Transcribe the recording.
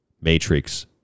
matrix